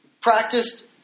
practiced